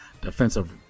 defensive